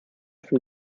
von